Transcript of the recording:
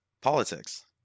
politics